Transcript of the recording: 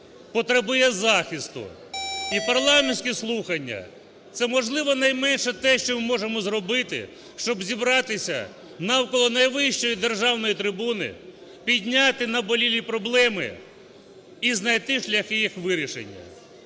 потребує захисту. І парламентські слухання це, можливо, найменше те, що ми можемо зробити, щоб зібратися навколо найвищої державної трибуни, підняти наболілі проблеми і знайти шляхи їх вирішення.